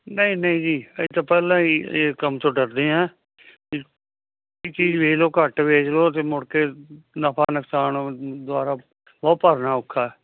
ਨਹੀਂ ਨਹੀਂ ਜੀ ਇਹ ਤਾਂ ਪਹਿਲਾਂ ਹੀ ਇਹ ਕੰਮ ਤੋਂ ਡਰਦੇ ਆਂ ਚੀਜ ਵੇਚ ਲਓ ਘੱਟ ਵੇਚ ਲਓ ਤੇ ਮੁੜ ਕੇ ਨਫਾ ਨੁਕਸਾਨ ਦੁਬਾਰਾ ਬਹੁਤ ਭਰਨਾ ਔਖਾ